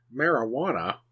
Marijuana